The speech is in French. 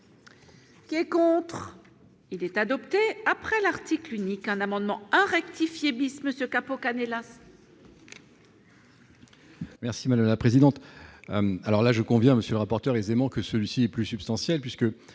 Qui est contre. Il est adopté, après l'article unique, un amendement a rectifier bis monsieur capot hélas. Merci madame la présidente, alors là je conviens, monsieur le rapporteur aisément que celui-ci est plus substantielles puisque,